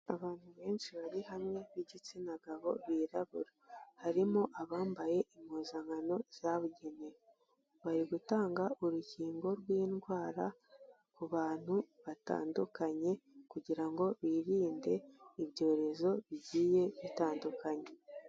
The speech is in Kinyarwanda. Abantu benshi bari hamwe b'igitsina gabo birabura harimo abambaye impuzankano zabugenewe bari gutanga urukingo rw'indwara ku bantu batandukanye kugirango birinde ibyorezo bigiye bitandukanye.